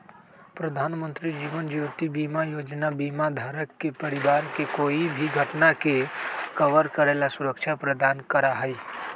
प्रधानमंत्री जीवन ज्योति बीमा योजना बीमा धारक के परिवार के कोई भी घटना के कवर करे ला सुरक्षा प्रदान करा हई